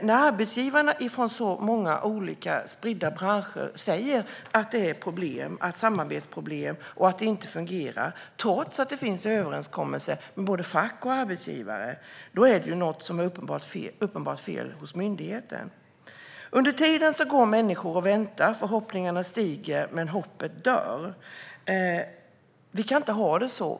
När arbetsgivare från så många olika branscher säger att det finns samarbetsproblem och att det inte fungerar, trots att det finns överenskommelser med både fack och arbetsgivare, är det uppenbarligen något som är fel hos myndigheten. Under tiden går människor och väntar, och deras förhoppningar stiger, men hoppet dör. Vi kan inte ha det så.